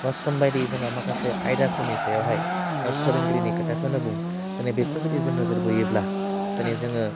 बा सम बायदि जोङो माखासे आयदाफोरनि सायावहाय ओह फोरोंगिरिनि खोथाखौनो बुं दिनै बेखौ जुदि जों नोजोर बोयोब्ला दिनै जोङो